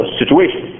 situation